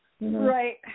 Right